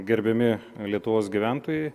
gerbiami lietuvos gyventojai